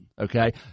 okay